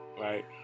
Right